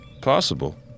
Possible